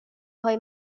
های